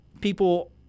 people